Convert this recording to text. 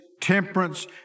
temperance